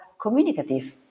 communicative